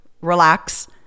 Relax